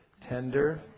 tender